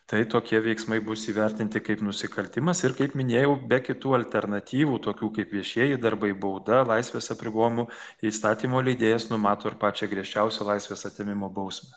tai tokie veiksmai bus įvertinti kaip nusikaltimas ir kaip minėjau be kitų alternatyvų tokių kaip viešieji darbai bauda laisvės apribojimo įstatymo leidėjas numato ir pačią griežčiausią laisvės atėmimo bausmę